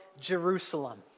Jerusalem